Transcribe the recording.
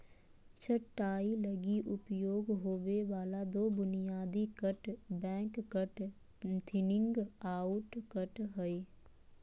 छंटाई लगी उपयोग होबे वाला दो बुनियादी cut back cut, thinning out cut हइ